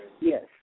Yes